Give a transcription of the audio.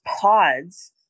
pods